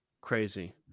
Crazy